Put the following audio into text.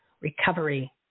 recovery